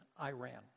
Iran